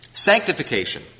Sanctification